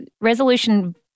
resolution